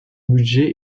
budget